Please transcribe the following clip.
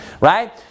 Right